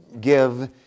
give